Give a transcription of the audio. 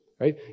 right